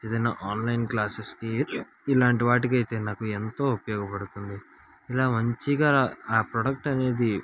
ఏదైనా ఆన్లైన్ క్లాసెస్కి ఇలాంటి వాటికి అయితే నాకు ఎంతో ఉపయోగపడుతుంది ఇలా మంచిగా ఆ ప్రోడక్ట్ అనేది